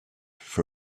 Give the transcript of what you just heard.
for